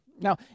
Now